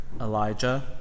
Elijah